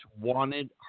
wanted